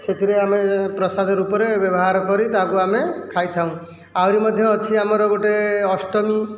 ସେଥିରେ ଆମେ ପ୍ରସାଦ ରୂପରେ ବ୍ୟବହାର କରି ତାହାକୁ ଆମେ ଖାଇଥାଉ ଆହୁରି ମଧ୍ୟ ଅଛି ଆମର ଗୋଟିଏ ଅଷ୍ଟମୀ